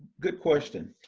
good question.